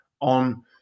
on